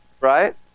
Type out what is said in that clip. Right